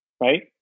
right